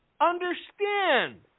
understand